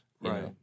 Right